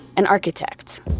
an architect